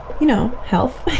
you know, health.